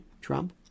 Trump